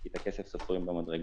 כי את הכסף סופרים במדרגות.